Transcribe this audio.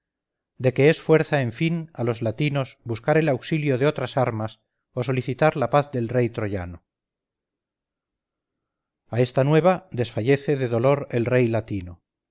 de que es fuerza en fin a los latinos buscar el auxilio de otras armas o solicitar la paz del rey troyano a esta nueva desfallece de dolor el rey latino